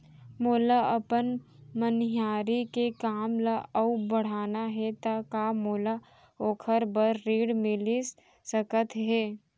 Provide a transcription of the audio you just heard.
मोला अपन मनिहारी के काम ला अऊ बढ़ाना हे त का मोला ओखर बर ऋण मिलिस सकत हे?